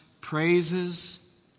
praises